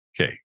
Okay